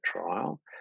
trial